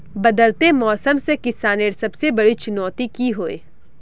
बदलते मौसम से किसानेर सबसे बड़ी चुनौती की होय?